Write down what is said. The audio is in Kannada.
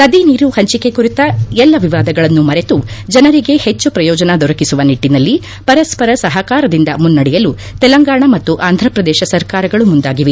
ನದಿ ನೀರು ಪಂಚಿಕೆ ಕುರಿತ ಎಲ್ಲ ವಿವಾದಗಳನ್ನು ಮರೆತು ಜನರಿಗೆ ಹೆಚ್ಚು ಪ್ರಯೋಜನ ದೊರಕಿಸುವ ನಿಟ್ಟಿನಲ್ಲಿ ಪರಸ್ಪರ ಸಪಕಾರದಿಂದ ಮುನ್ನಡೆಯಲು ತೆಲಂಗಾಣ ಮತ್ತು ಆಂಧ್ರಪ್ರದೇಶ ಸರ್ಕಾರಗಳು ಮುಂದಾಗಿವೆ